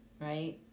right